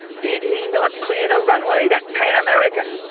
did he not clear the runway that pan american?